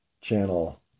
channel